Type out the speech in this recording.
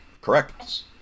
Correct